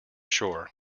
shore